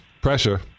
pressure